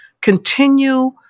continue